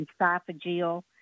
esophageal